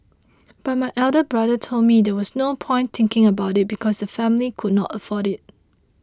but my elder brother told me there was no point thinking about it because the family could not afford it